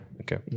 Okay